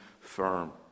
firm